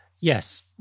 Yes